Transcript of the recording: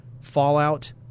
Fallout